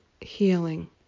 healing